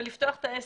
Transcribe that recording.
ולפתוח את העסק,